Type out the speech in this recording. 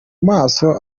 maso